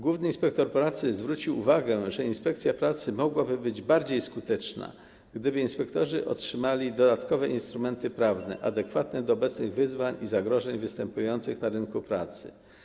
Główny inspektor pracy zwrócił uwagę, że inspekcja pracy mogłaby być bardziej skuteczna, gdyby inspektorzy otrzymali dodatkowe instrumenty prawne, adekwatne do obecnych wyzwań i zagrożeń występujących na rynku pracy.